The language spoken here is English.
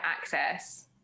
access